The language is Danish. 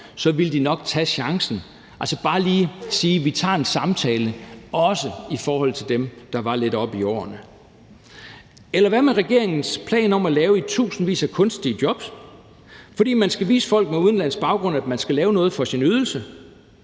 så ville de nok tage chancen, altså bare lige sige, at de også tager en samtale med dem, der er lidt oppe i årene. Eller hvad med regeringens plan om at lave i tusindvis af kunstige jobs, fordi de vil vise folk med udenlandsk baggrund, at man skal lave noget for sin ydelse?